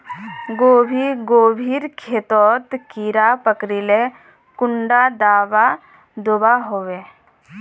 गोभी गोभिर खेतोत कीड़ा पकरिले कुंडा दाबा दुआहोबे?